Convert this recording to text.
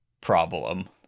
problem